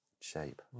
shape